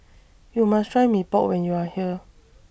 YOU must Try Mee Pok when YOU Are here